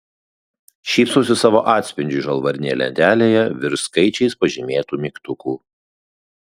šypsausi savo atspindžiui žalvarinėje lentelėje virš skaičiais pažymėtų mygtukų